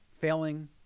failing